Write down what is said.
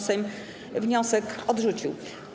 Sejm wniosek odrzucił.